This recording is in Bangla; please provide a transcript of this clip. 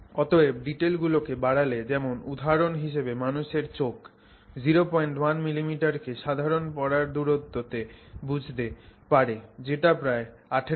অতএব ডিটেলগুলোকে বাড়ালে যেমন উধাহরণ হিসেবে মানুষের চোখ 01 millimeter কে সাধারণ পড়ার দূরত্ব তে বুঝতে পারে যেটা প্রায় 18 inches